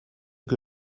que